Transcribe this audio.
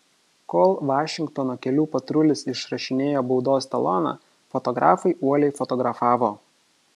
kol vašingtono kelių patrulis išrašinėjo baudos taloną fotografai uoliai fotografavo